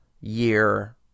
year